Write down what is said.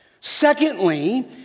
Secondly